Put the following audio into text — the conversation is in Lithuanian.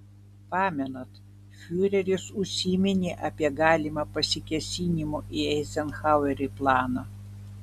pamenat fiureris užsiminė apie galimą pasikėsinimo į eizenhauerį planą